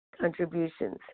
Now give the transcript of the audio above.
contributions